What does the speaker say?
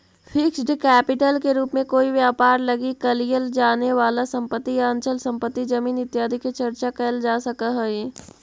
fixed capital के रूप में कोई व्यापार लगी कलियर जाने वाला संपत्ति या अचल संपत्ति जमीन इत्यादि के चर्चा कैल जा सकऽ हई